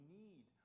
need